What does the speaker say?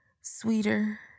sweeter